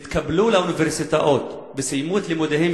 התקבלו לאוניברסיטאות וסיימו את לימודיהם